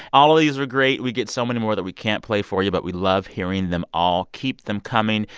all of these were great. we get so many more that we can't play for you, but we love hearing them all. keep them coming.